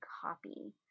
copy